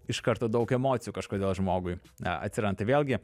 iš karto daug emocijų kažkodėl žmogui atsiranda tai vėlgi